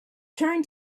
turn